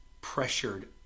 pressured